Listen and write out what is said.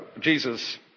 Jesus